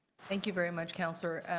thank you very much, councillor.